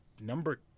number